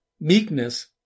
meekness